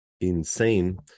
insane